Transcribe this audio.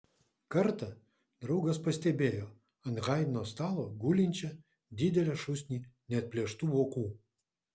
kartą draugas pastebėjo ant haidno stalo gulinčią didelę šūsnį neatplėštų vokų